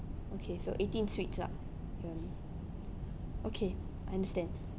okay so eighteen suites lah okay understand